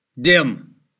DIM